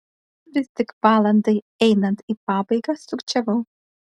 vis tik valandai einant į pabaigą sukčiavau